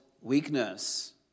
weakness